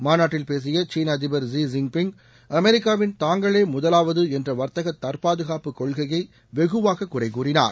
மாநாட்டில் பேசிய சீன அதிபர் ஸீ ஜின் பிங் அமெரிக்காவின் தாங்களே முதலாவது என்ற வர்த்தக தற்பாதுகாப்பு கொள்கையை வெகுவாக குறை கூறினார்